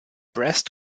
breast